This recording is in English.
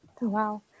wow